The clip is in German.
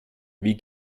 wie